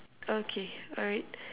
okay alright